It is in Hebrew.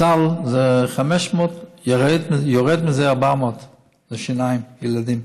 הסל זה 500, ויורד מזה 400 לשיניים לילדים.